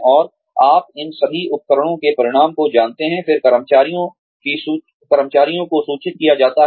और आप इन सभी उपकरणों के परिणामों को जानते हैं फिर कर्मचारियों को सूचित किया जाता है